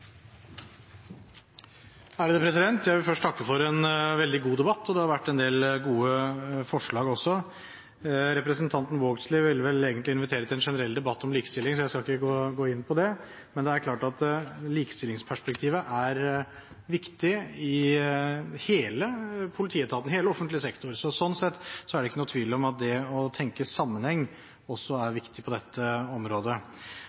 har også vært en del gode forslag. Representanten Vågslid ville vel egentlig invitere til en generell debatt om likestilling. Jeg skal ikke gå inn på det, men det er klart at likestillingsperspektivet er viktig i hele politietaten, i hele offentlig sektor. Slik sett er det ikke noen tvil om at det å tenke sammenheng også er viktig på dette området.